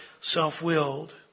self-willed